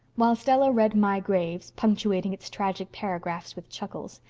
while stella read my graves, punctuating its tragic paragraphs with chuckles,